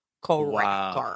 Correct